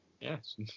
Yes